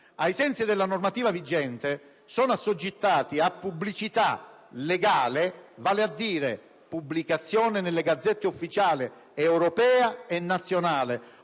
Ai sensi della normativa vigente sono assoggettati a pubblicità legale (vale a dire pubblicazione nelle Gazzette Ufficiali europea e nazionale,